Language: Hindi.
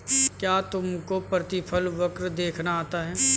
क्या तुमको प्रतिफल वक्र देखना आता है?